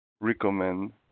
recommend